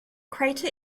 crater